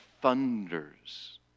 thunders